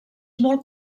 molt